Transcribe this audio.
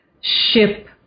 ship